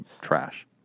trash